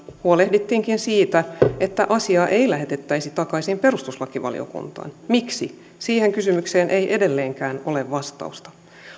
huolehdittiinkin siitä että asiaa ei lähetettäisi takaisin perustuslakivaliokuntaan miksi siihen kysymykseen ei edelleenkään ole vastausta